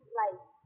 life